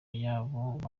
y’abana